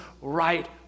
right